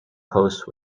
post